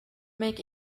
make